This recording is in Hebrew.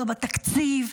לא בתקציב,